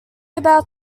about